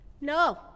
no